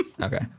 Okay